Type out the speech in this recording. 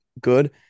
good